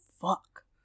fuck